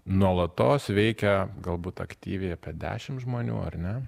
nuolatos veikia galbūt aktyviai apie dešimt žmonių ar ne